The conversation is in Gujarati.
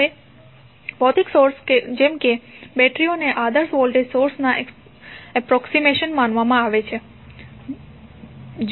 હવે ભૌતિક સોર્સ જેમ કે બેટરીઓને આદર્શ વોલ્ટેજ સોર્સના એપ્રોક્સિમેશન માનવામાં આવે છે